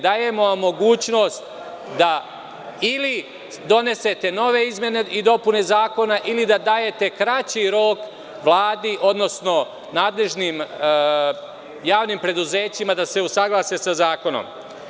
Dajemo vam mogućnost da ili donesete nove izmene i dopune zakona ili da dajete kraći rok Vladi odnosno nadležnim javnim preduzećima da se usaglase sa zakonom.